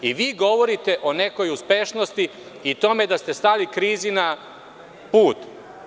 I vi govorite o nekoj uspešnosti i tome da ste stali krizi na put.